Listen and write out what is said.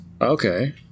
Okay